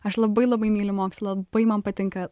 aš labai labai myliu mokslą labai man patinka